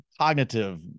cognitive